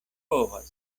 povas